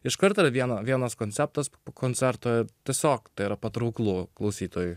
iš karto vieno vienas konceptas po koncerto tiesiog tai yra patrauklu klausytojui